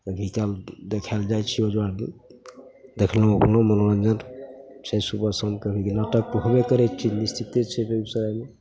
ओ बितल देखाएल जाइ छै ओहिजाँ देखलहुँ उखलहुँ मनोरञ्जन छै सुबह शामके भी नाटक होबे करै छै निश्चिते छै बेगूसरायमे